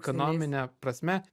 ekonomine prasme